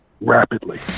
rapidly